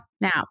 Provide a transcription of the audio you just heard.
Now